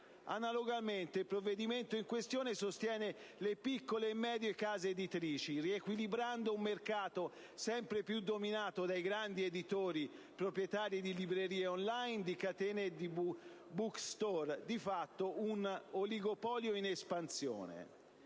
Analogamente il provvedimento in questione sostiene le piccole e medie case editrici, riequilibrando un mercato sempre più dominato dai grandi editori proprietari di librerie *on line*, di catene di *bookstore*, di fatto un oligopolio in espansione.